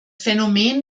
phänomen